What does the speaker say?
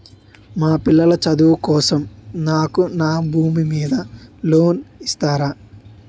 మా పిల్లల చదువు కోసం నాకు నా భూమి మీద లోన్ ఇస్తారా?